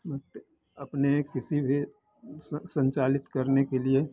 अपने किसी भी उ संचालित करने के लिए